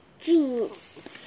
Jeans